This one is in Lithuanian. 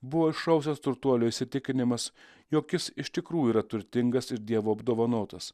buvo sausas turtuolio įsitikinimas jog jis iš tikrųjų yra turtingas ir dievo apdovanotas